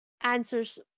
answers